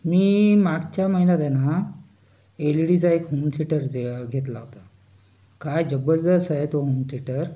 मी मागच्या महिन्यात आहे ना एलीडीचा एक हुम थिटर दे घेतला होता काय जबरदस्त आहे तो हुम थिटर